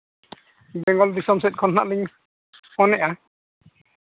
ᱵᱮᱝᱜᱚᱞ ᱫᱤᱥᱚᱢ ᱥᱮᱫ ᱠᱷᱚᱱ ᱱᱟᱦᱟᱜ ᱞᱤᱧ ᱯᱷᱳᱱᱮᱫᱼᱟ